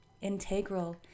integral